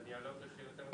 שיהיה יותר ברור.